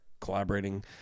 collaborating